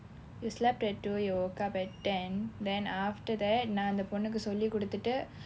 you slept at two you woke up at ten then after that நான் அந்த பொண்ணுக்கு சொல்லி கொடுத்துட்டு:naan antha ponnukku solli koduthuttu